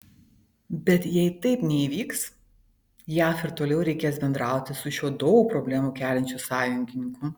bet jei taip neįvyks jav ir toliau reikės bendrauti su šiuo daug problemų keliančiu sąjungininku